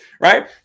right